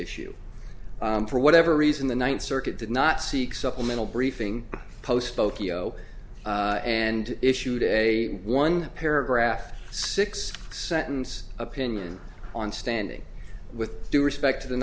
issue for whatever reason the ninth circuit did not seek supplemental briefing post both e o and issued a one paragraph six sentence opinion on standing with due respect to the